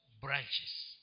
branches